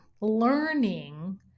learning